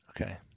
Okay